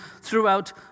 throughout